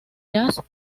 jazz